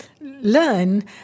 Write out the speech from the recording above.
learn